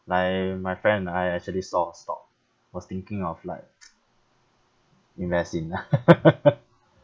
like my friend ah actually sold a stock was thinking of like invest in ah